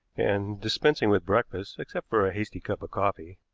and, dispensing with breakfast, except for a hasty cup of coffee,